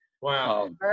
Wow